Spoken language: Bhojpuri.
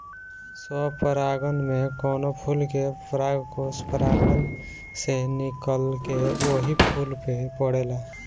स्वपरागण में कवनो फूल के परागकोष परागण से निकलके ओही फूल पे पड़ेला